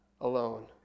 alone